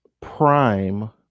Prime